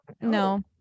no